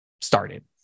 started